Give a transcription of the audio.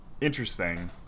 interesting